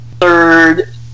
Third